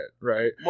right